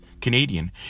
Canadian